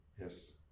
Yes